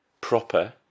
proper